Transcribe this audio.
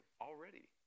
Already